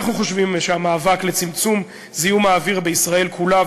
אנחנו חושבים שהמאבק לצמצום זיהום האוויר בישראל כולה,